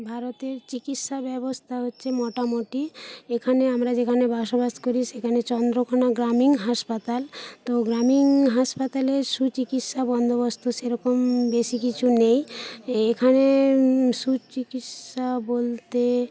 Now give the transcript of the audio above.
ভারতের চিকিৎসা ব্যবস্থা হচ্ছে মোটামুটি এখানে আমরা যেখানে বসবাস করি সেখানে চন্দ্রকোনা গ্রামীণ হাসপাতাল তো গ্রামীণ হাসপাতালে সুচিকিৎসা বন্দোবস্ত সেরকম বেশি কিছু নেই এ এখানে সুচিকিৎসা বলতে